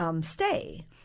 stay